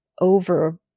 over